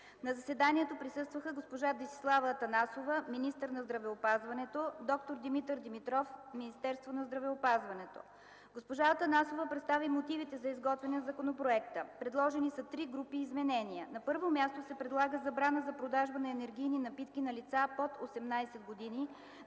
На заседанието присъстваха: госпожа Десислава Атанасова – министър на здравеопазването, д-р Димитър Димитров – Министерство на здравеопазването. Госпожа Атанасова представи мотивите за изготвяне на законопроекта. Предложени са три групи изменения. На първо място се предлага забрана за продажба на енергийни напитки на лица под 18 години,